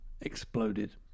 Exploded